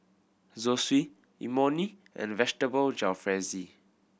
Zosui Imoni and Vegetable Jalfrezi